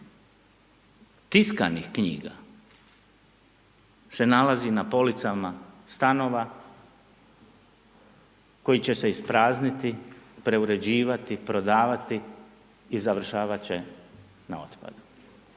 tiskanih knjiga se nalazi na policama stanova koji će se isprazniti, preuređivati, prodavati i završavat će na otpadu.